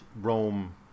Rome